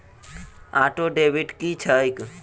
Auto debit की छैक?